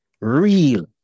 Real